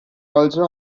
also